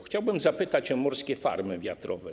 Chciałbym zapytać o morskie farmy wiatrowe.